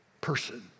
person